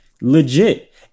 Legit